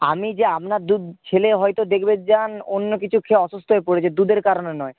আমি যে আপনার দুধ ছেলে হয়তো দেখবেন যান অন্য কিছু খেয়ে অসুস্থ হয়ে পড়েছে দুধের কারণে নয়